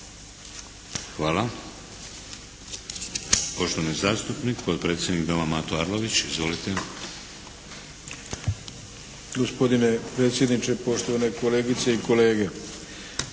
Hvala. Poštovani zastupnik, potpredsjednik Doma, Mato Arlović. Izvolite. **Arlović, Mato (SDP)** Gospodine predsjedniče, poštovane kolegice i kolege.